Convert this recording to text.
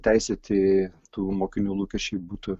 teisėti tų mokinių lūkesčiai būtų